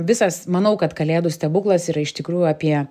visas manau kad kalėdų stebuklas yra iš tikrųjų apie